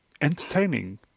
entertaining